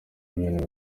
ibintu